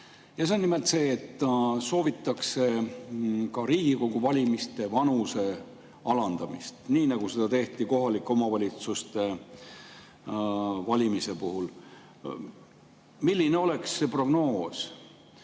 See on nimelt see, et soovitakse ka Riigikogu valimistel [osalejate] vanuse alandamist, nii nagu seda tehti kohalike omavalitsuste valimiste puhul. Milline oleks see prognoos,